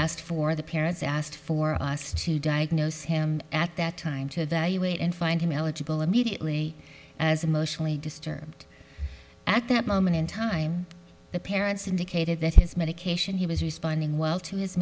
asked for the parents asked for us to diagnose him at that time to evaluate and find him eligible immediately as emotionally disturbed at that moment in time the parents indicated that his medication he was responding well to his